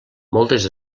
moltes